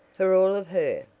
for all of her.